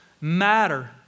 matter